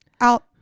out